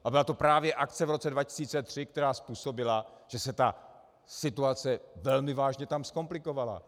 A byla to právě akce v roce 2003, která způsobila, že se tam situace velmi vážně zkomplikovala.